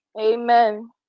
Amen